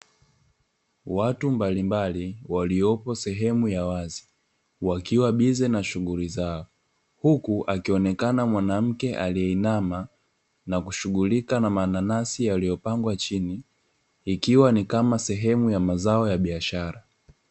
Watu mbalimbali waliopo sehemu ya wazi wakiwa bize na shughuli zao, huku akionekana mwanamke aliyeinama na kushughulika na mananasi, yaliyopangwa chini ikiwa ni kama sehehmu ya mazao ya biashara.